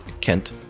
Kent